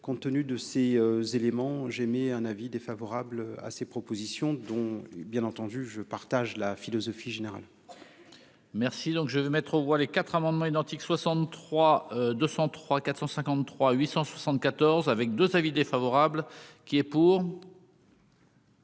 compte tenu de ces éléments, j'ai émis un avis défavorable à ces propositions, dont bien entendu je partage la philosophie générale. Merci donc je vais mettre aux voix les quatre amendements identiques 63 203 453 874 avec 2 avis défavorables. Qui est pour.